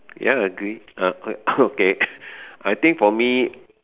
ya agree uh okay I think for me